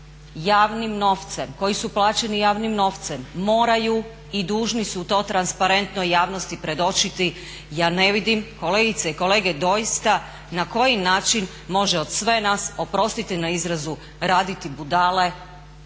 javnim novcem, koji su plaćeni javnim novcem moraju i dužni su to transparentno javnosti predočiti. Ja ne vidim kolegice i kolege doista na koji način može od svih nas, oprostite na izrazu, raditi budale